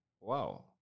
Wow